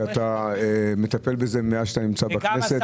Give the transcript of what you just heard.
שאתה מטפל בזה מאז שאתה נמצא בכנסת.